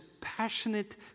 passionate